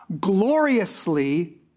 gloriously